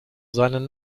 seinen